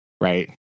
right